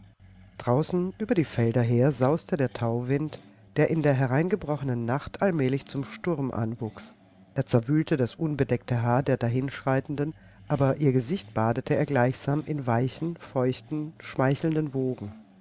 draußen über die felder her sauste der tauwind der in der hereingebrochenen nacht allmählich zum sturm anwuchs er zerwühlte das unbedeckte haar der dahinschreitenden aber ihr gesicht badete er gleichsam in weichen feuchten schmeichelnden wogen